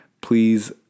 Please